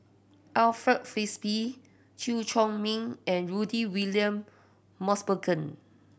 Alfred Frisby Chew Chor Meng and Rudy William Mosbergen